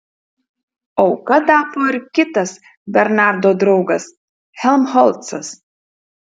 auka tapo ir kitas bernardo draugas helmholcas